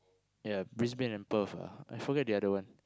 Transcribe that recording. ya Brisbane and Perth ah I forget the other one